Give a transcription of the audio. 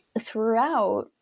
throughout